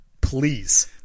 please